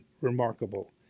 remarkable